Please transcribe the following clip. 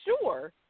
sure